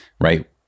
right